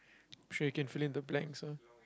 sure you can fill in the blanks